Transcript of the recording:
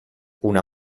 una